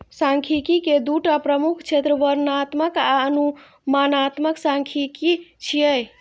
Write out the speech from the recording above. सांख्यिकी के दूटा प्रमुख क्षेत्र वर्णनात्मक आ अनुमानात्मक सांख्यिकी छियै